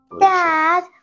Dad